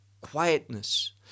quietness